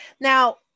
Now